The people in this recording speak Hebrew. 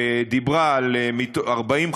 שדיברה על 40%,